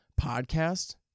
podcast